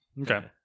Okay